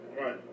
right